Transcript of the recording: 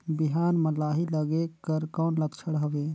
बिहान म लाही लगेक कर कौन लक्षण हवे?